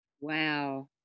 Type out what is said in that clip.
Wow